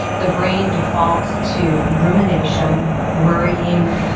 the brain defaults to rumination, worrying,